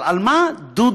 אבל על מה דודי,